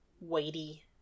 weighty